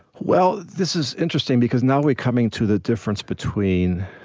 well, this is interesting because now we're coming to the difference between